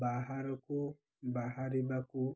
ବାହାରକୁ ବାହାରିବାକୁ